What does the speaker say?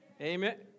Amen